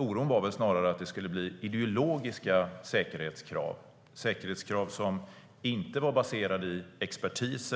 Oron gällde snarast att det skulle bli ideologiska säkerhetskrav som inte var baserade på expertis,